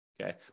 Okay